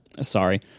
Sorry